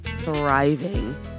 thriving